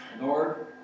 Lord